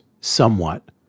somewhat